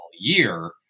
year